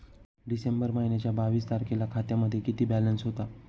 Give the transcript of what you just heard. डिसेंबर महिन्याच्या बावीस तारखेला खात्यामध्ये किती बॅलन्स होता?